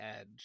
edge